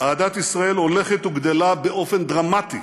אהדת ישראל הולכת וגדלה באופן דרמטי